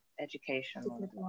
Educational